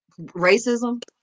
Racism